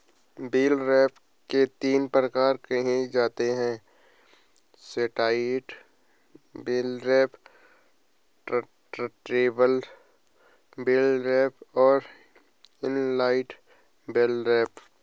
bell wrapper के तीन प्रकार कहे जाते हैं satellite bale wrapper, turntable bale wrapper और इन लाइन बेल रैपर